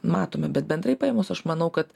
matome bet bendrai paėmus aš manau kad